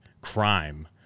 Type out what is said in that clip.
crime